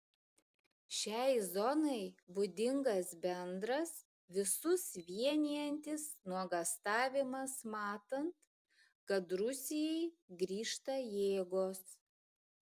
šiai zonai būdingas bendras visus vienijantis nuogąstavimas matant kad rusijai grįžta jėgos